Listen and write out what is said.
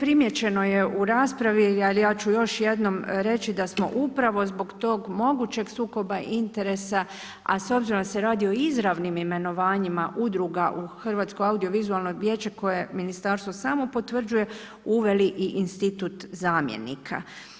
Primijećeno je u raspravi, a ja ću još jednom reći da smo upravo zbog tog mogućeg sukoba interesa, a s obzirom da se radi o izravnim imenovanjima udruga u hrvatsko audiovizualno vijeće koje ministarstvo samo potvrđuje, uveli i institut zamjenika.